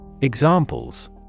Examples